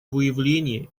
выявление